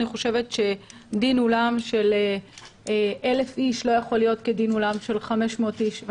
אני חושבת שדין אולם של 1,000 איש לא יכול להיות כדין אולם של 500 איש.